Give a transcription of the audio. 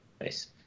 Nice